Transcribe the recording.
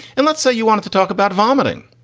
and let's say you wanted to talk about vomiting,